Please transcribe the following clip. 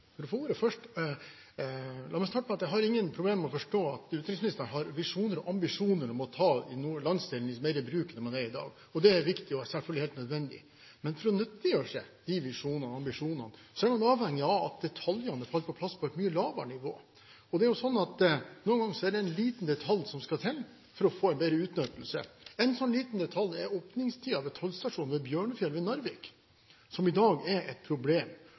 La meg starte med å si at jeg ikke har noen problemer med å forstå at utenriksministeren har visjoner og ambisjoner om å ta landsdelen i nord mer i bruk enn det man gjør i dag. Det er viktig og selvfølgelig helt nødvendig. Men for å nyttiggjøre seg de visjonene og ambisjonene er man avhengig av at detaljene på et mye lavere nivå faller på plass. Noen ganger er det en liten detalj som skal til for å få en bedre utnyttelse. En slik liten detalj er åpningstiden ved tollstasjonen Bjørnfjell ved Narvik, som i dag er et problem.